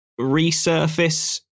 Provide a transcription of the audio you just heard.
resurface